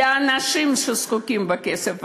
לאנשים שזקוקים לכסף הזה.